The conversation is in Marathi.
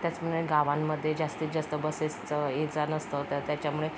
त्याचप्रमाणे गावांमध्ये जास्तीत जास्त बसेसचं ये जा नसतं तर त्याच्यामुळे